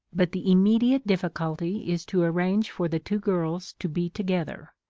but the immediate difficulty is to arrange for the two girls to be together.